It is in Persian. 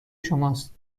شماست